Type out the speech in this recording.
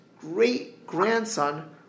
great-grandson